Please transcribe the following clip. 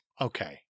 Okay